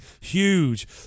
huge